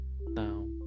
Now